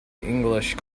english